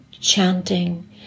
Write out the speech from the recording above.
chanting